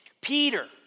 Peter